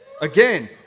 Again